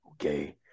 Okay